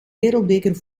wereldbeker